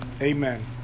Amen